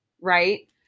right